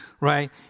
right